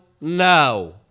no